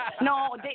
No